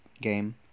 game